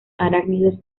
arácnidos